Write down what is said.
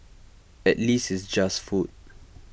at least it's just food